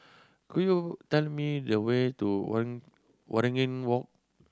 could you tell me the way to Waringin Walk